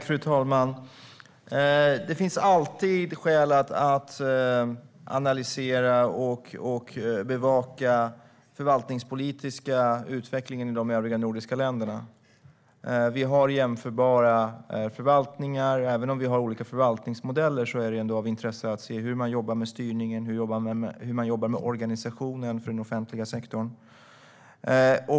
Fru talman! Det finns alltid skäl att analysera och bevaka den förvaltningspolitiska utvecklingen i de övriga nordiska länderna. Vi har jämförbara förvaltningar. Även om vi har olika förvaltningsmodeller är det av intresse att se hur de jobbar med styrningen och organiseringen av den offentliga sektorn.